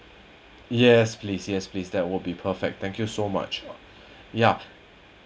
yes please yes please that would be perfect thank you so much ya